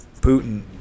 Putin